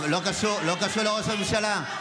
זה לא קשור לראש הממשלה,